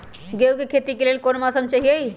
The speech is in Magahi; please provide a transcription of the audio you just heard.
गेंहू के खेती के लेल कोन मौसम चाही अई?